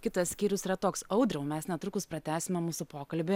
kitas skyrius yra toks audriau mes netrukus pratęsime mūsų pokalbį